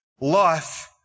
Life